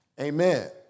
Amen